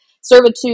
servitude